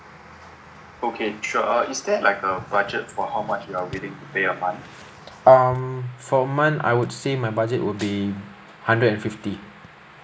um for a month I would say my budget would be hundred and fifty